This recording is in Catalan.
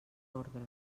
ordre